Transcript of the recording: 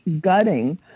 gutting